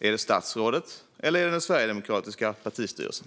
Är det statsrådet, eller är det den sverigedemokratiska partistyrelsen?